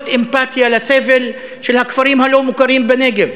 אמפתיה לסבל של הכפרים הלא-מוכרים בנגב.